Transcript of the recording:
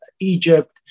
Egypt